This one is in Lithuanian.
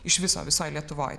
iš viso visoj lietuvoj